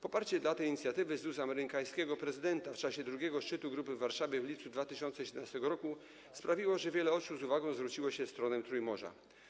Poparcie dla tej inicjatywy wyrażone ustami amerykańskiego prezydenta w czasie drugiego szczytu grupy w Warszawie w lipcu 2017 r. sprawiło, że wiele oczu z uwagą zwróciło się w stronę Trójmorza.